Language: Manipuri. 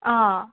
ꯑꯥ